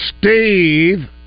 Steve